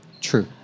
True